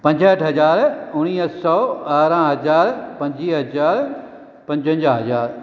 पंजहठ हजार उणवीह सौ ॿारहां हजार पंजवीह हजार पंजवंजाह हजार